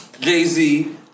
Jay-Z